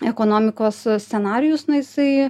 ekonomikos scenarijus na jisai